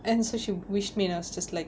and so she wished me and I was just like